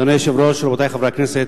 אדוני היושב-ראש, רבותי חברי הכנסת,